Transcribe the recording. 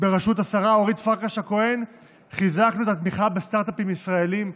בראשות השרה אורית פרקש הכהן חיזקנו את התמיכה בסטרטאפים ישראליים,